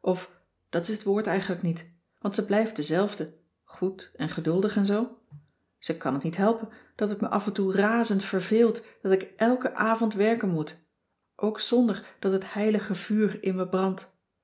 of dat is het woord eigenlijk niet want ze blijft dezelfde goed en geduldig en zoo zij kan t niet helpen dat het me af en toe razend verveelt dat ik elken avond werken moet ook zonder dat het heilige vuur in me brandt